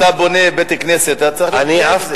אתה בונה בית-כנסת, אתה צריך להיות גאה בזה.